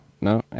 no